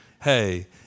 Hey